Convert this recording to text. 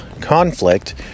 conflict